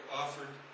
offered